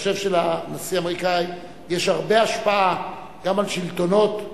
חושב שלנשיא האמריקני יש הרבה השפעה גם על שלטונות בתי-הסוהר,